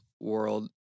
world